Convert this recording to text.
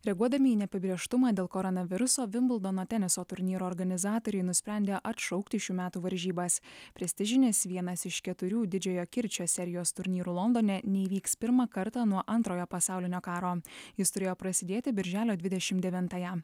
reaguodami į neapibrėžtumą dėl koronaviruso vimbldono teniso turnyro organizatoriai nusprendė atšaukti šių metų varžybas prestižinis vienas iš keturių didžiojo kirčio serijos turnyrų londone neįvyks pirmą kartą nuo antrojo pasaulinio karo jis turėjo prasidėti birželio dvidešimt devintąją